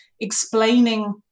explaining